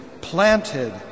planted